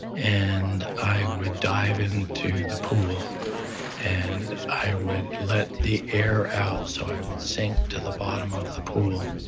and i would dive into the pool and i would let the air out so i would sink to the bottom of the pool.